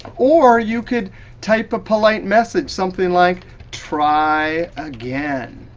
or you could type a polite message. something like try again.